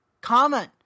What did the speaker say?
Comment